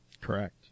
Correct